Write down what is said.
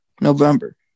November